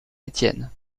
étienne